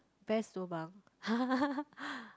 best lobang